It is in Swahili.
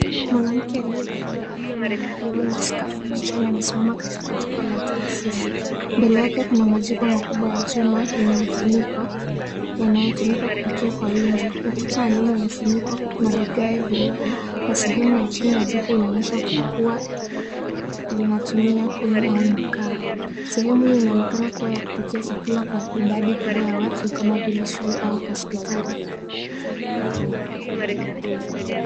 Mwanamke aliyevaliya apron ya buluu na skafu kichwani, amesimama katika jiko la taasisi. Mbele yake kuna majiko makubwa ya chuma, yenye mfuniko, yanayotumika kupikia kwa wingi. Ukuta wanyuma umefunikwa na vigae vyeupe na sehemu ya chini ya jua inaonyesha kuwa linatumia kuni au makaa. Sehemu hii inaonekana kuwa ya kupikia chakula kwa idadi kubwa ya watu kama vile shule au hospitali.